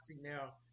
now